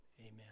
Amen